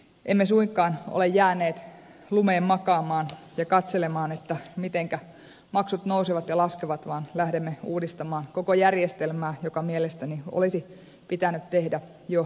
emme suinkaan ole jääneet lumeen makaamaan ja katselemaan mitenkä maksut nousevat ja laskevat vaan lähdemme uudistamaan koko järjestelmää mikä mielestäni olisi pitänyt tehdä jo vuosia sitten